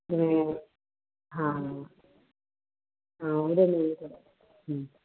ਤੇ ਹਾਂਹਾਂ ਉਹਦੇ ਲਈ